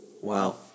Wow